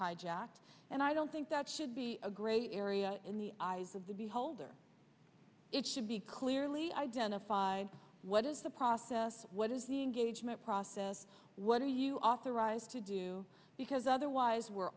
hijacked and i don't think that should be a great area in the eyes of the beholder it should be clearly identified what is the process what is the engagement process what are you authorized to do because otherwise we're